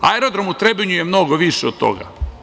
Aerodrom u Trebinju je mnogo više od toga.